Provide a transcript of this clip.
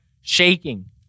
shaking